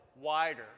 wider